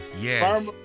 yes